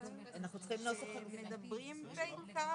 צריכים חוק כדי להתייעץ עם השלטון המקומי.